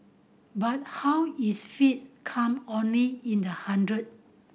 but how is fee come only in the hundred